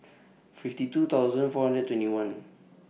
fifty two thousand four hundred and twenty one